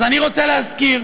אז אני רוצה להזכיר